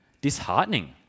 disheartening